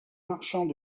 marchands